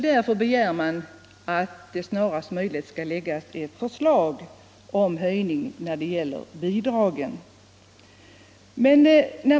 Därför begär man att det snarast möjligt skall framläggas förslag om höjning av bidragen.